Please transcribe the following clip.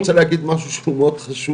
אני רוצה להגיד פה משהו שהוא מאוד חשוב.